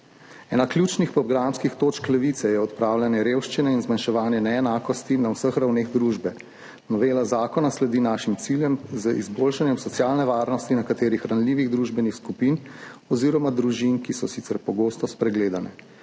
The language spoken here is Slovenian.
Ena ključnih programskih točk Levice je odpravljanje revščine in zmanjševanje neenakosti na vseh ravneh družbe. Novela zakona sledi našim ciljem z izboljšanjem socialne varnosti nekaterih ranljivih družbenih skupin oziroma družin, ki so sicer pogosto spregledane.